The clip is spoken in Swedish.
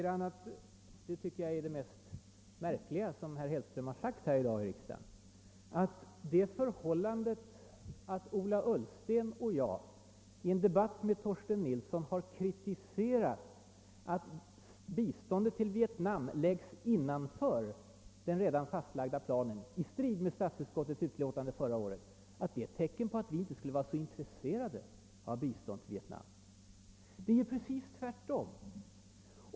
Det mest märkliga som herr Hellström sagt här i riksdagen i dag tycker jag är att han angriper vad Ola Ullsten och jag sade i en debatt med Torsten Nilsson nyligen. Vi har kritiserat att biståndet till Vietnam läggs innanför den redan fastlagda planen, i strid mot statsutskottets utlåtande förra året. Det skulle, enligt Hellström, vara ett tecken på att vi inte är så intresserade av bistånd till Vietnam. Det är precis tvärtom.